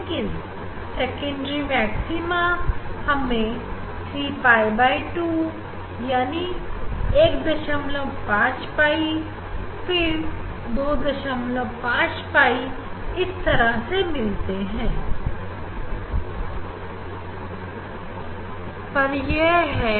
लेकिन secondary maxima हमें 3pi2 यानी 15 pi फिर 25pi इस तरह से मिलते हैं